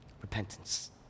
Repentance